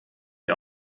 die